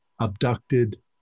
abducted